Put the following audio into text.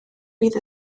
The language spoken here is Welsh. bydd